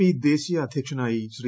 P ദേശീയ അധ്യക്ഷനായി ശ്രീ